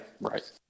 right